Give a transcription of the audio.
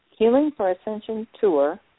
Healingforascensiontour